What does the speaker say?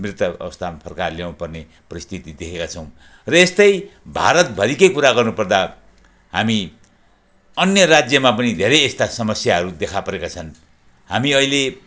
मृत अवस्थामा फर्काएर ल्याउनुपर्ने परिस्थिति देखेका छौँ र यस्तै भारतभरिकै कुरा गर्नुपर्दा हामी अन्य राज्यमा पनि धेरै यस्ता समस्याहरू देखापरेका छन् हामी अहिले